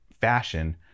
fashion